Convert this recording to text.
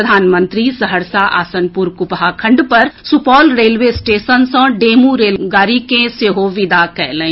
प्रधानमंत्री सहरसा आसनपुर कुपहा खंड पर सुपौल रेलवे स्टेशन सँ डेमू रेलगाड़ी के सेहो विदा कयलनि